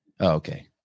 Okay